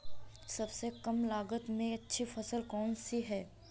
सबसे कम लागत में अच्छी फसल कौन सी है?